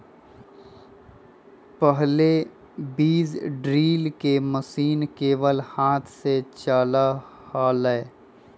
पहले बीज ड्रिल के मशीन केवल हाथ से चला हलय